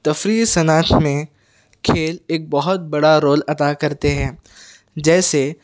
تفریحی صنعت میں کھیل ایک بہت بڑا رول ادا کرتے ہیں جیسے